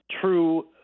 true